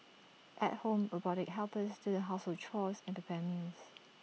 at home robotic helpers do the household chores and prepare meals